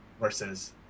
versus